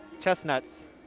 chestnuts